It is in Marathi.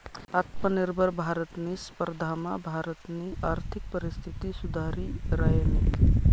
आत्मनिर्भर भारतनी स्पर्धामा भारतनी आर्थिक परिस्थिती सुधरि रायनी